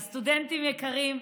אז סטודנטים יקרים,